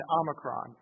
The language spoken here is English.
omicron